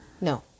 No